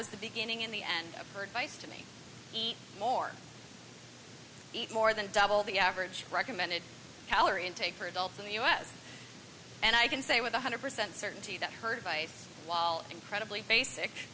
was the beginning in the end of her advice to me eat more eat more than double the average recommended calorie intake for adults in the us and i can say with one hundred percent certainty that her by while incredibly basic